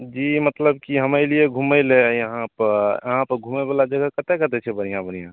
जी मतलब की हम अयलियै घुमय लए यहाँपर यहाँपर घुमयवला जगह कतऽ कतऽ छै बढ़िआँ बढ़िआँ